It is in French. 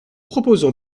proposons